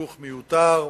חיכוך מיותר,